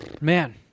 Man